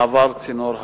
מעבר צינור הגז.